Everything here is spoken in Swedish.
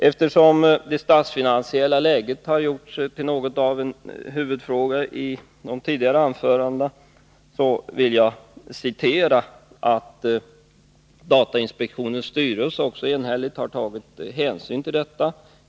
Eftersom det statsfinansiella läget gjorts till något av en huvudfråga i en del av de tidigare anförandena, vill jag visa att datainspektionens styrelse också tagit hänsyn till detta.